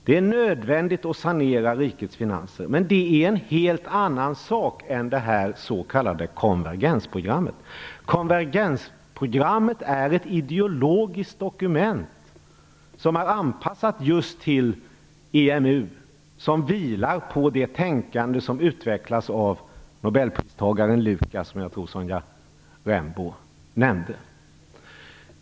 Det är nödvändigt att sanera rikets finanser, men det är en helt annan sak än det s.k. konvergensprogrammet. Konvergensprogrammet är ett ideologiskt dokument som är anpassat just till EMU. Det vilar på det tänkande som utvecklats av nobelpristagaren Lucas, som jag tror Sonja Rembo nämnde.